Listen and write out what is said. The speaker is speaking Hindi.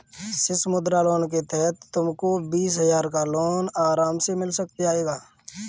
शिशु मुद्रा लोन के तहत तुमको बीस हजार का लोन आराम से मिल जाएगा